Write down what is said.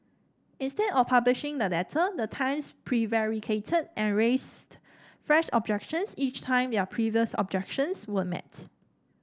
instead of publishing the letter the Times prevaricated and raised fresh objections each time their previous objections were met